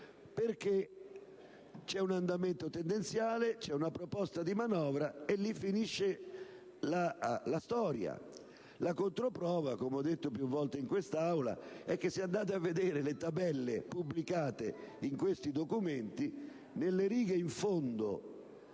C'è un andamento tendenziale, una proposta di manovra, e lì finisce la storia. La controprova - come ho detto più volte in quest'Assemblea - è che, se andate a vedere le tabelle pubblicate in questi documenti, nelle righe in fondo